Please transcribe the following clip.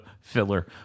filler